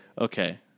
okay